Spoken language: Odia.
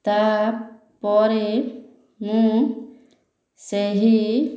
ତା ପରରେ ମୁଁ ସେହି